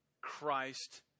Christ